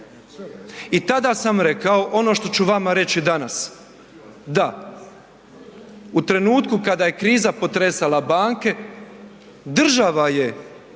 i tada sam rekao ono što ću vama reći danas, da, u trenutku kada je kriza potresala banke država je